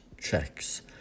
checks